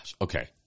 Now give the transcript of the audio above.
Okay